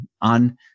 on